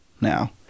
now